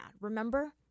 remember